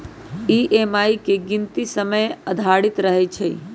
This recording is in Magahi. ई.एम.आई के गीनती समय आधारित रहै छइ